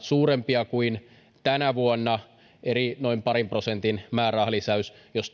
suurempia kuin tänä vuonna eli noin parin prosentin määrärahalisäys jos